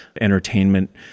entertainment